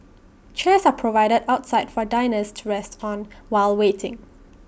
chairs are provided outside for diners to rest on while waiting